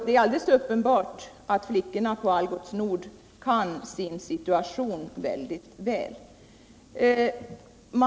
Det är alltså uppenbart att flickorna på Algots Nord är mycket väl medvetna om sin situation.